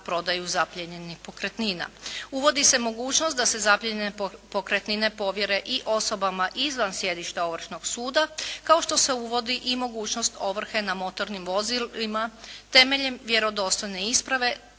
Uvodi se mogućnost da se zaplijenjene pokretnine povjere i osobama izvan sjedišta ovršnog suda, kao što se uvodi i mogućnost ovrhe na motornim vozilima temeljem vjerodostojne isprave,